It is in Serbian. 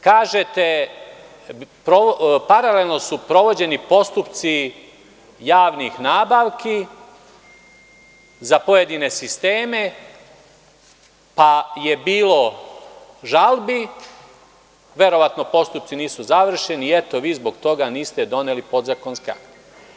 Kažete – paralelno su sprovođeni postupci javnih nabavki za pojedine sisteme, pa je bilo žalbi, verovatno postupci nisu završeni i eto, vi zbog toga niste doneli podzakonske akte.